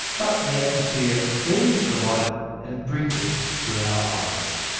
but the atmosphere bends the light and brings it to our eyes.